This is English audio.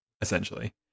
essentially